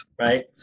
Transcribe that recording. right